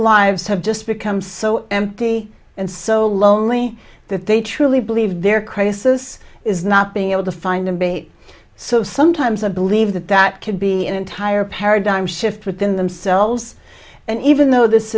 lives have just become so empty and so lonely that they truly believe their crisis is not being able to find a mate so sometimes i believe that that could be an entire paradigm shift within themselves and even though this